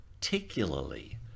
particularly